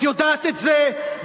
את יודעת את זה,